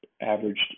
averaged